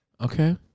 Okay